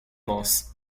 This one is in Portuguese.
nós